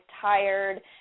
tired